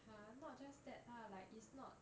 !huh! not just that lah like it's not